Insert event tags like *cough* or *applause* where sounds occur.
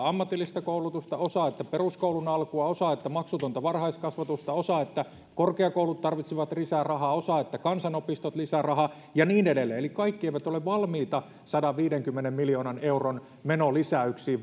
*unintelligible* ammatillista koulutusta osa että peruskoulun alkua osa että maksutonta varhaiskasvatusta osa että korkeakoulut tarvitsevat lisää rahaa osa että kansanopistot lisää rahaa ja niin edelleen eli kaikki eivät ole valmiita sadanviidenkymmenen miljoonan euron vuosittaisiin menolisäyksiin *unintelligible*